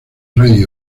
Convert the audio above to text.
rey